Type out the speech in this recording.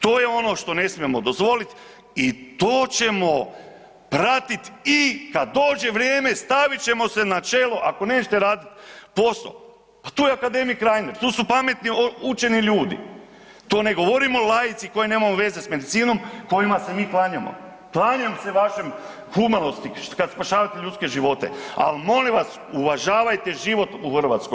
To je ono što ne smijemo dozvolit i to ćemo pratiti i kad dođe vrijeme, stavit ćemo se na čelo, ako nećete radit posao, pa tu je akademik Reiner, tu su pametni učeni ljudi, to ne govore laici koji nemaju veze sa medicinom, kojima se klanjamo, klanjam se vašoj humanosti kad spašavate ljudske živote ali molim vas, uvažavajte život u Hrvatskoj.